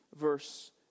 verse